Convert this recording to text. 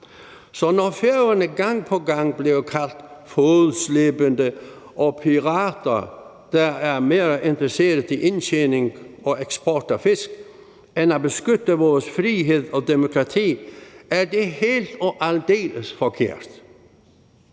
Så når Færøerne gang på gang bliver kaldt fodslæbende og pirater, der er mere interesserede i indtjening og eksport af fisk end at beskytte vores frihed og demokrati, er det helt og aldeles forkert.